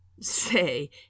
say